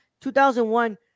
2001